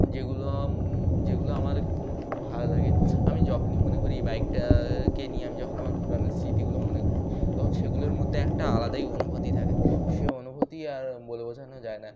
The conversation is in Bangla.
যেগুলো যেগুলো আমার খুব ভালো লাগে আমি যখনই মনে করি বাইকটাকে নিয়ে আমি যখন আমার পুরানো স্মৃতিগুলো মনে করি তখন সেগুলোর মধ্যে একটা আলাদাই অনুভূতি থাকে সে অনুভূতি আর বলে বোঝানো যায় না